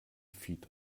feed